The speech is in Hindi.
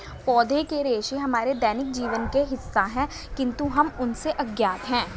पौधों के रेशे हमारे दैनिक जीवन का हिस्सा है, किंतु हम उनसे अज्ञात हैं